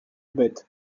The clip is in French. bête